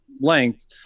length